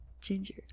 ginger